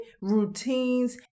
routines